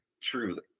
truly